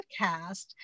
podcast